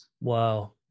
Wow